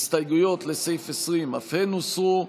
ההסתייגויות לסעיף 20 אף הן הוסרו.